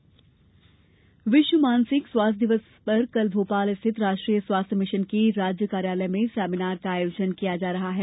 मानसिक स्वास्थ्य दिवस विश्व मानसिक स्वास्थ्य दिवस पर कल भोपाल स्थित राष्ट्रीय स्वास्थ्य मिशन के राज्य कार्यालय में सेमिनार का आयोजन किया जा रहा है